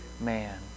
Man